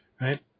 Right